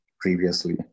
previously